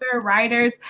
writers